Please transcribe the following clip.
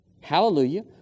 Hallelujah